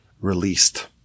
released